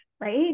right